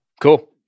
cool